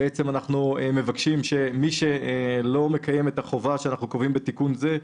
אנחנו מבקשים שמי שלא מקיים את החובה שאנחנו קובעים בתיקון זה,